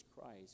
Christ